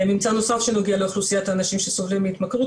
ממצא נוסף שנוגע לאוכלוסיית האנשים שסובלים מהתמכרות,